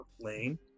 lane